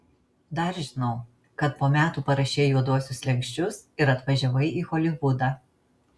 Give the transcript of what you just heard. dar žinau kad po metų parašei juoduosius slenksčius ir atvažiavai į holivudą